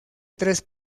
tres